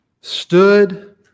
stood